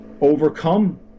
overcome